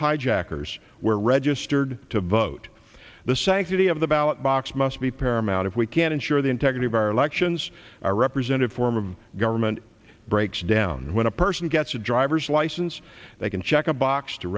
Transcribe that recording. hijackers were registered to vote the sanctity of the ballot box must be paramount if we can ensure the integrity of our elections are represented form of government breaks down when a person gets a driver's license they can check a box to